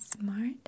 smart